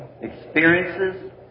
experiences